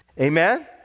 Amen